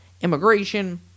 immigration